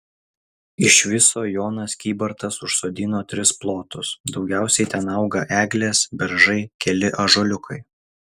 iš viso jonas kybartas užsodino tris plotus daugiausiai ten auga eglės beržai keli ąžuoliukai